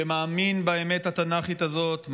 שמאמין באמת התנ"כית הזאת,